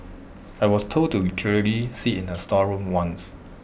I was told to sit in A storeroom once